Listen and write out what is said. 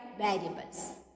variables